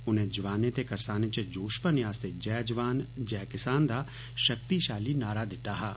उनें जवानें ते करसानें च जोश भरने आस्ते जय जवान जय किसान दा शक्तिशाली नारा दित्ता हा